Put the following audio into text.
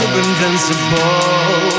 invincible